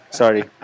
sorry